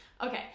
Okay